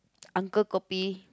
uncle kopi